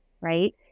right